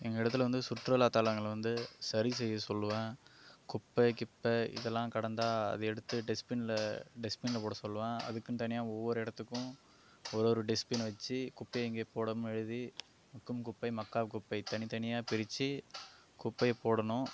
எங்கள் இடத்துல வந்து சுற்றுலாத்தலங்கள் வந்து சரி செய்ய சொல்லுவேன் குப்பை கிப்பை இதெல்லாம் கிடந்தா அது எடுத்து டெஸ்பினில் டெஸ்பினில் போட சொல்லுவேன் அதுக்குன்னு தனியாக ஒவ்வொரு இடத்துக்கும் ஒரு ஒரு டெஸ்பின் வச்சு குப்பையை இங்கே போடவும்ன்னு எழுதி மக்கும் குப்பை மக்கா குப்பை தனித்தனியாக பிரித்து குப்பையை போடணும்